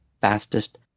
fastest